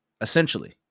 Essentially